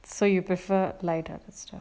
so you prefer lighter